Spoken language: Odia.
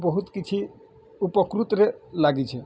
ବହୁତ୍ କିଛି ଉପକୃତ୍ ରେ ଲାଗିଛେ